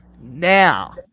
now